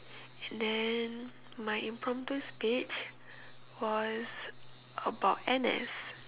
and then my impromptu speech was about N_S